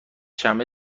شنبه